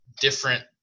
different